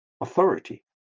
authority